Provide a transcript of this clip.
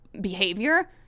behavior